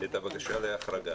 את הבקשה להחרגה.